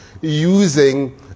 using